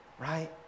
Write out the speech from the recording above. right